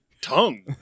tongue